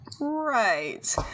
Right